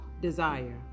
desire